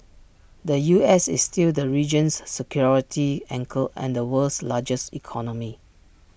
the U S is still the region's security anchor and the world's largest economy